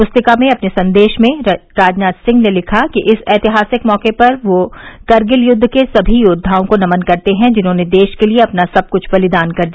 पुस्तिका में अपने संदेश में राजनाथ सिंह ने लिखा कि इस ऐतिहासिक मौके पर वे कारगिल युद्द के सभी योद्वाओं को नमन करते हैं जिन्होंने देश के लिए अपना सब कुछ बलिदान कर दिया